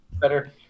better